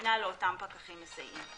וניתנה לאותם פקחים מסייעים.